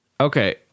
Okay